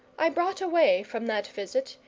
i brought away from that visit,